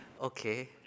Okay